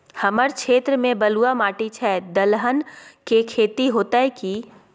हमर क्षेत्र में बलुआ माटी छै, दलहन के खेती होतै कि?